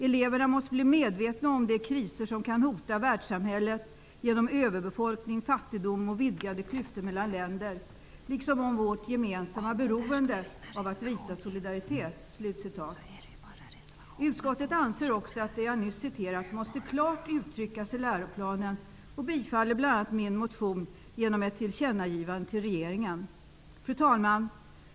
Eleverna måste bli medvetna om de kriser som kan hota världssamhället genom överbefolkning, fattigdom och vidgade klyftor mellan länder, liksom om vårt gemensamma beroende av att visa solidaritet.'' Utskottet anser också att det jag nyss citerat måste klart uttryckas i läroplanen och bifaller bl.a. min motion genom ett tillkännagivande till regeringen. Fru talman!